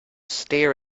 stare